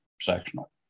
sectional